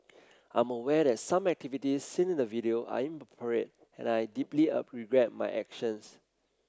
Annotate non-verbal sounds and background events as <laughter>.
I'm aware that some activities seen in the video are inappropriate and I deeply <unintelligible> regret my actions